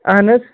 اہَن حظ